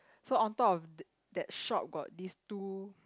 so on top of th~ that shop got this two